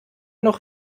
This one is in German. noch